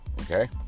Okay